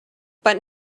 but